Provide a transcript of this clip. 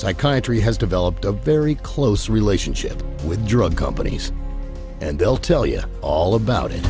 psychiatry has developed a very close relationship with drug companies and they'll tell you all about it